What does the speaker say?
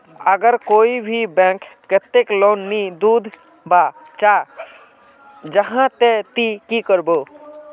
अगर कोई भी बैंक कतेक लोन नी दूध बा चाँ जाहा ते ती की करबो?